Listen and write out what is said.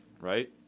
Right